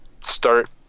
start